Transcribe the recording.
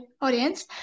audience